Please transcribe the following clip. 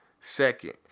Second